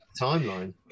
timeline